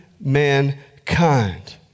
mankind